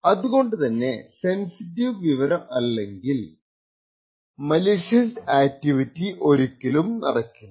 അതുകൊണ്ടുതന്നെ സെൻസിറ്റീവ് വിവരം അല്ലെങ്കിൽ മലിഷ്യസ് ആക്ടിവിറ്റി ഒരിക്കലും നടക്കില്ല